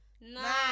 Nine